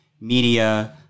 media